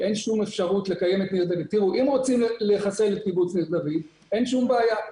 אם רוצים לחסל את קיבוץ ניר דוד, אין שום בעיה.